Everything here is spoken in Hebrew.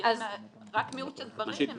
רק מיעוט של דברים.